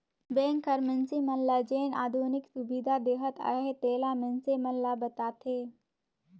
bank हर मइनसे मन ल जेन आधुनिक सुबिधा देहत अहे तेला मइनसे मन ल बताथे